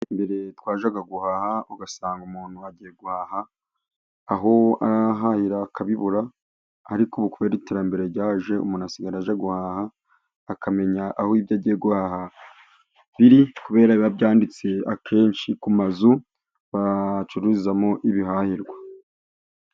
Mbere twajyaga guhaha. Ugasanga umuntu agiye guhaha, aho arahahira akabibura. Ariko ubu kubera iterambere ryaje umuntu asigagara aje guhaha akamenya aho ibyo agiye guhaha biri. Kubera ko biba byanditse akenshi ku mazu bacururizamo ibihahirwa.